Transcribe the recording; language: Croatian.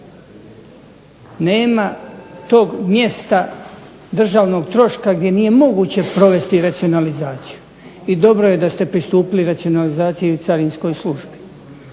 Nema tog mjesta državnog troška gdje nije moguće provesti racionalizaciju i dobro je da ste pristupili racionalizaciji i u carinskoj službi